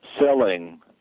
selling